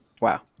wow